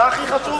זה הכי חשוב.